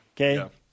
Okay